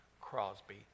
Crosby